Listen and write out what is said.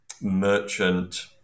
merchant